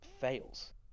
fails